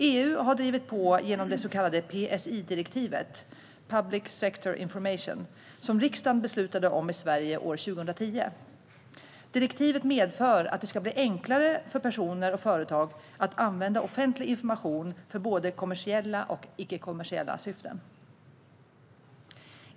EU har drivit på genom det så kallade PSI-direktivet, public sector information, som riksdagen beslutade om i Sverige år 2010. Direktivet medför att det ska bli enklare för personer och företag att använda offentlig information för både kommersiella och icke-kommersiella syften.